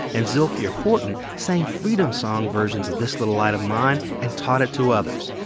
and zilphia horton sang freedom song versions of this little light of mine and taught it to others.